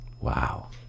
wow